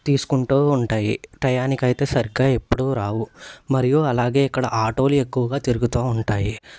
తీసుకుంటూ ఉంటాయి టయానికి అయితే సరిగ్గా ఎప్పుడు రావు మరియు అలాగే ఇక్కడ ఆటోలు ఎక్కువగా తిరుగుతూ ఉంటాయి